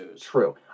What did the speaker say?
true